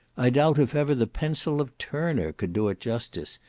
i doubt if ever the pencil of turner could do it justice,